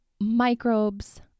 microbes